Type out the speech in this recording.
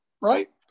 right